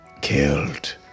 killed